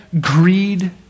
greed